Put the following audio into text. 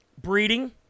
Breeding